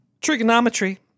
trigonometry